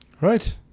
Right